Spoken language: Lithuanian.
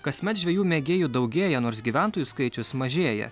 kasmet žvejų mėgėjų daugėja nors gyventojų skaičius mažėja